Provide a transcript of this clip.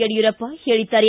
ಯಡಿಯೂರಪ್ಪ ಹೇಳಿದ್ದಾರೆ